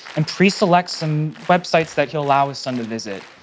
and pre-select some websites that he'll allow his son to visit,